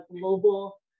global